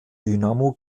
dynamo